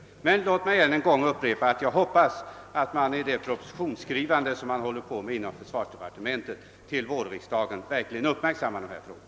Låt mig emellertid ännu en gång få upprepa att jag hoppas att man i det propositionsskrivande till vårriksdagen som pågår inom försvarsdepartementet verkligen uppmärksammar dessa frågor och kommer med förslag till en positiv lösning.